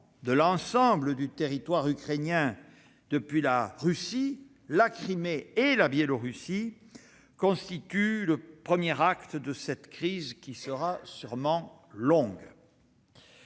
de l'ensemble du territoire ukrainien depuis la Russie, la Crimée et la Biélorussie constituent le premier acte de cette crise qui sera sans doute longue.